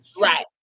Right